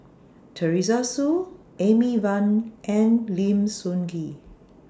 Teresa Hsu Amy Van and Lim Sun Gee